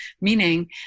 meaning